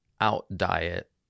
out-diet